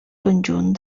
conjunt